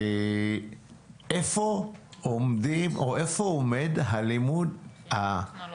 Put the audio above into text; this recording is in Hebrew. איפה עומד הלימוד --- החינוך הטכנולוגי?